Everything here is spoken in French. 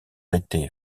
été